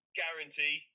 guarantee